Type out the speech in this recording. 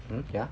hmm ya